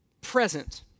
present